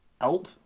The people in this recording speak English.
help